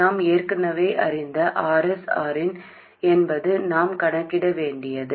நாம் ஏற்கனவே அறிந்த Rs Rin என்பது நாம் கணக்கிட வேண்டியது